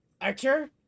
Archer